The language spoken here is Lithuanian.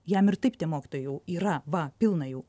jam ir taip tie mokytojai yra va pilna jų